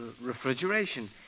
refrigeration